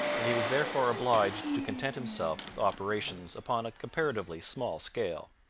and he was therefore obliged to content himself with operations upon a comparatively small scale.